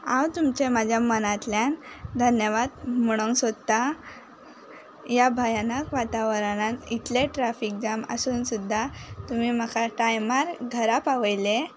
हांव तुमचें म्हज्या मनांतल्यान धन्यवाद म्हणूंक सोदतां ह्या भयानक वातावरणांत इतलें ट्रॅफीक जॅम आसून सुद्दां तुमी म्हाका टायमार घरा पावयलें